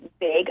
big